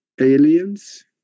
Aliens